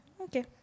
Okay